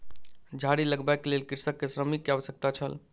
झाड़ी लगबैक लेल कृषक के श्रमिक के आवश्यकता छल